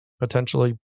potentially